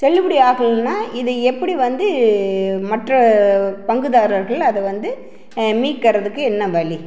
செல்லுபடி ஆகலைனா இது எப்படி வந்து மற்ற பங்குதாரர்கள் அதை வந்து மீட்கிறதுக்கு என்ன வழி